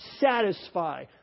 satisfy